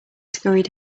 scurried